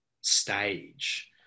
stage